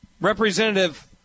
Representative